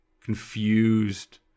confused